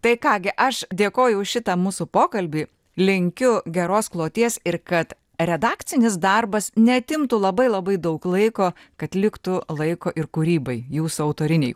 tai ką gi aš dėkoju už šitą mūsų pokalbį linkiu geros kloties ir kad redakcinis darbas neatimtų labai labai daug laiko kad liktų laiko ir kūrybai jūsų autorinei